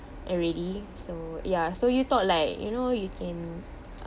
already so ya so you thought like you know you can